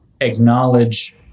acknowledge